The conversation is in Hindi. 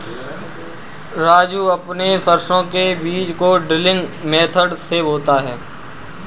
राजू अपने सरसों के बीज को ड्रिलिंग मेथड से बोता है